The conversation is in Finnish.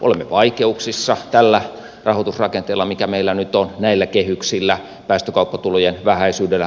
olemme vaikeuksissa tällä rahoitusrakenteella mikä meillä nyt on näillä kehyksillä päästökauppatulojen vähäisyydellä